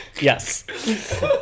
yes